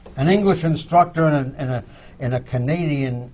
an english instructor in and in ah and a canadian